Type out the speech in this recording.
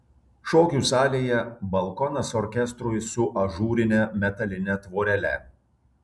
šokių salėje balkonas orkestrui su ažūrine metaline tvorele